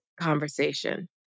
conversation